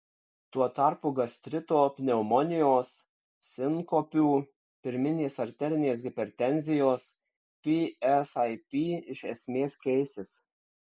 tuo tarpu gastrito pneumonijos sinkopių pirminės arterinės hipertenzijos psip iš esmės keisis